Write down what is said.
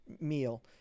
meal